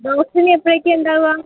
doctor ഇനി എപ്പോഴൊക്കെയാണ് ഉണ്ടാവുക